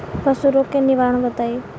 पशु रोग के निवारण बताई?